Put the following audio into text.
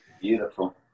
Beautiful